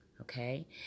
okay